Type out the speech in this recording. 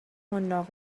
حناق